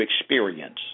experience